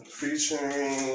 featuring